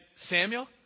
Samuel